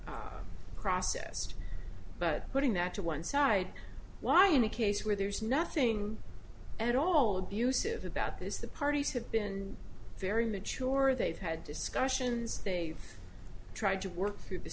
processed but putting that to one side why in a case where there's nothing at all abusive about this the parties have been very mature they've had discussions they tried to work through the